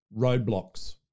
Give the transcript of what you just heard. roadblocks